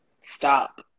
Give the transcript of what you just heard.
stop